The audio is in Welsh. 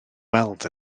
weld